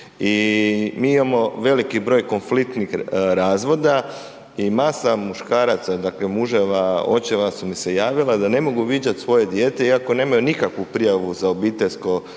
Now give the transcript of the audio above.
I mi imamo veliki broj konfliktnih razvoda i masa muškaraca, dakle muževa, očeva su se javila da ne mogu viđati svoje dijete iako nemaju nikakvu prijavu za obiteljsko